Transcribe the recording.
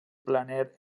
planer